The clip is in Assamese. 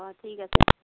অঁ ঠিক আছে